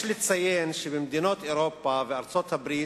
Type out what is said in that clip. יש לציין שבמדינות אירופה ובארצות-הברית